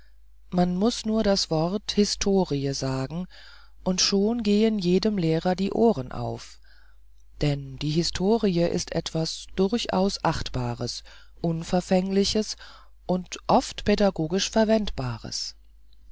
man muß nur das wort historie sagen und schon gehen jedem lehrer die ohren auf denn die historie ist etwas durchaus achtbares unverfängliches und oft pädagogisch verwendbares